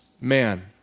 man